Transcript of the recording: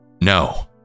No